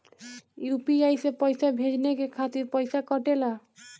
UPI से पइसा भेजने के खातिर पईसा कटेला?